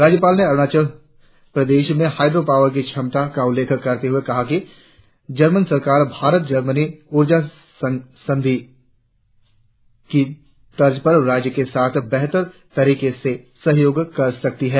राज्यपाल ने अरुणाचल प्रदेश में हाईड्रोपावर की क्षमताओं का उल्लेख करते हुए कहा कि जर्मन सरकार भारत जर्मनी ऊर्जा संधि की तर्ज पर राज्य के साथ बेहतर तरीके से सहयोग कर सकती है